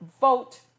vote